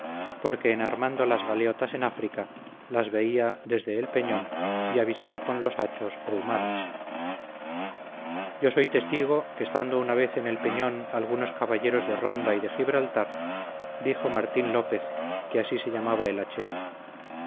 porque en armando las galeotas en áfrica las veía desde el peñón y avisaba con los hachos o humadas yo soy testigo que estando una vez en el peñón algunos caballeros de ronda y de gibraltar dijo martín lópez que así se llamaba el hachero